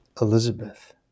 Elizabeth